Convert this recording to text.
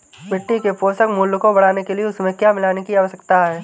मिट्टी के पोषक मूल्य को बढ़ाने के लिए उसमें क्या मिलाने की आवश्यकता है?